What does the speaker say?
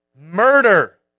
murder